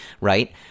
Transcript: right